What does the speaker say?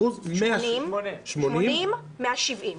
80% מה-70%,